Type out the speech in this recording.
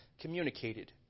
communicated